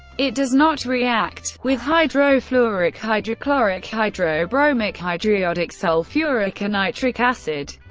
it does not react with hydrofluoric, hydrochloric, hydrobromic, hydriodic, sulfuric, or nitric acid.